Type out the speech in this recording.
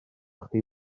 chi